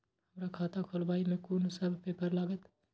हमरा खाता खोलाबई में कुन सब पेपर लागत?